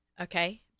okay